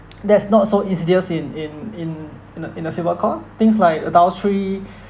that's not so insidious in in in in a in a civil court things like adultery